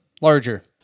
larger